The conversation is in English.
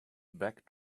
back